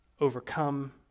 overcome